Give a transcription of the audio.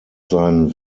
sein